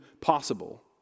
possible